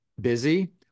busy